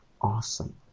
awesome